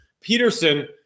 Peterson